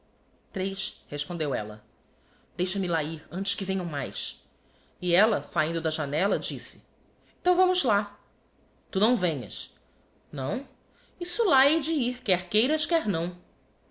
são tres respondeu ella deixa-me lá ir antes que venham mais e ella sahindo da janella disse então vamos lá tu não venhas não isso lá hei de ir quer queiras quer não